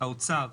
האוצר,